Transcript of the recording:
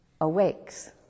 awakes